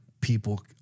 People